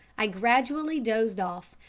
i gradually dozed off,